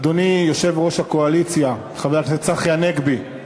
אדוני יושב-ראש הקואליציה, חבר הכנסת צחי הנגבי,